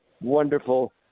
wonderful